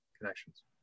connections